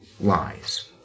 lies